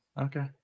Okay